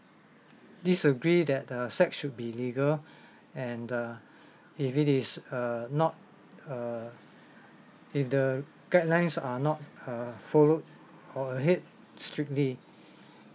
disagree that the sex should be legal and uh if it is err not err if the guidelines are not err followed or adhered strictly